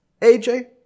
AJ